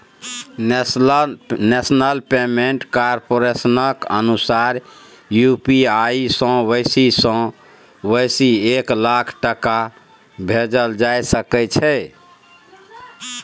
national payment कारपोरेशनक अनुसार UPI सँ बेसी सँ बेसी एक लाख टका भेजल जा सकै छै